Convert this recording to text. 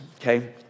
okay